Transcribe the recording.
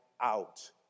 out